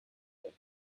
lived